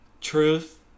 Truth